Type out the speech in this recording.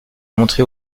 montrer